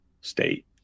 state